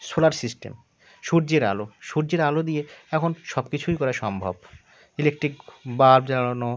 solar system সূর্যের আলো সূর্যের আলো দিয়ে এখন সব কিছুই করা সম্ভব ইলেকট্রিক বাল্ব জ্বালানো